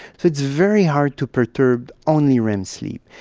so it's very hard to perturb only rem sleep.